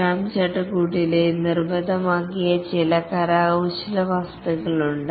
scrum ചട്ടക്കൂടിൽ നിർബന്ധമാക്കിയ ചില ആർട്ടിഫക്ടസ് ഉണ്ട്